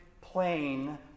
plain